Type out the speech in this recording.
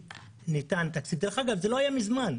דרך אגב, זה לא היה מזמן.